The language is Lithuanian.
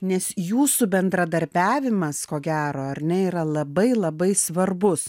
nes jūsų bendradarbiavimas ko gero ar ne yra labai labai svarbus